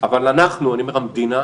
אבל אנחנו אני אומר: המדינה